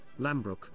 lambrook